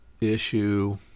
issue